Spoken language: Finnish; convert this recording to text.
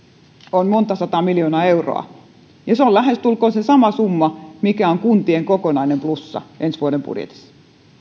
on monta sataa miljoonaa euroa ja se on lähestulkoon se sama summa mikä on kuntien kokonaisplussa ensi vuoden budjetissa